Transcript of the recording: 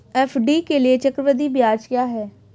FD के लिए चक्रवृद्धि ब्याज क्या है?